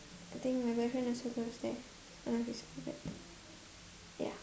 I think my boyfriend also goes there uh his ya